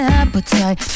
appetite